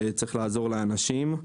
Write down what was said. שצריך לעזור לאנשים.